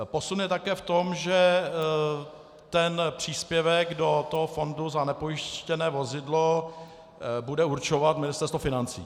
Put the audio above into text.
Posun je také v tom, že příspěvek do fondu za nepojištěné vozidlo bude určovat Ministerstvo financí.